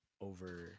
over